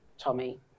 Tommy